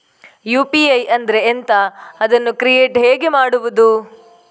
UPI ಅಂದ್ರೆ ಎಂಥ? ಅದನ್ನು ಕ್ರಿಯೇಟ್ ಹೇಗೆ ಮಾಡುವುದು?